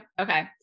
okay